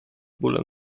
bólem